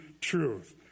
truth